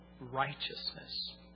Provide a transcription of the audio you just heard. righteousness